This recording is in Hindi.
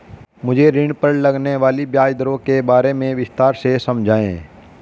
मुझे ऋण पर लगने वाली ब्याज दरों के बारे में विस्तार से समझाएं